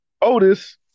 Otis